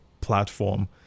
platform